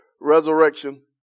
resurrection